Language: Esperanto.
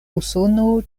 usono